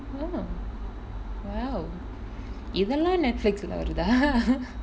oh !wow! இதெல்லாம்:ithellaam Netflix lah வருதா:varuthaa